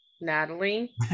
Natalie